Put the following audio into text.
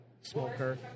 smoker